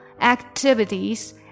activities